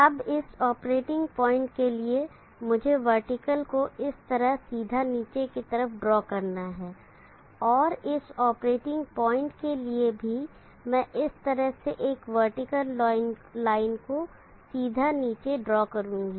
अब इस operating point के लिए मुझे वर्टिकल को इस तरह सीधा नीचे की तरफ ड्रॉ करना है और इस ऑपरेटिंग पॉइंट के लिए भी मैं इस तरह से एक वर्टिकल लाइन को सीधे नीचे ड्रॉ करूंगा